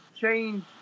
change